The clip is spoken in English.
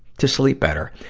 to sleep better.